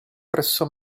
presso